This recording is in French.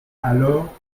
alors